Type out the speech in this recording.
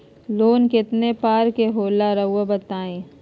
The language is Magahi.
लोन कितने पारकर के होला रऊआ बताई तो?